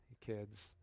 kids